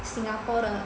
Singapore 的